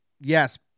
Yes